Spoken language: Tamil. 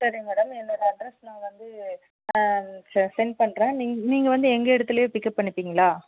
சரி மேடம் என்னோடய அட்ரஸ் நான் வந்து செ செண்ட் பண்ணுறேன் நீங்கள் வந்து எங்கள் இடத்துலே பிக்கப் பண்ணிப்பிங்களா